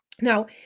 Now